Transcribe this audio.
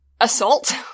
assault